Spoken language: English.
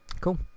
Cool